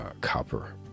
copper